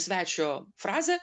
svečio frazę